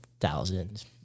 thousands